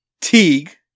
Teague